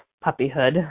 puppyhood